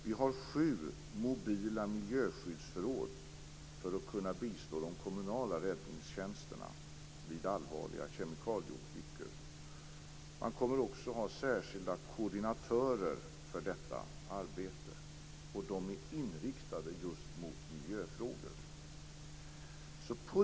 Vi har sju mobila miljöskyddsförråd för att kunna bistå de kommunala räddningstjänsterna vid allvarliga kemikalieolyckor. Man kommer också att ha särskilda koordinatörer för detta arbete. De är inriktade just mot miljöfrågor.